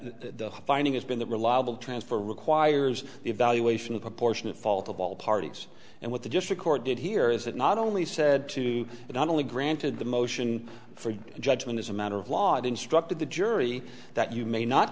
the finding has been that reliable transfer requires evaluation of proportionate fault of all parties and what the district court did here is it not only said to you not only granted the motion for judgment as a matter of law it instructed the jury that you may not